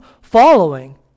following